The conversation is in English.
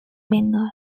bengal